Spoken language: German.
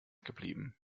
geblieben